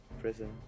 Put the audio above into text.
prison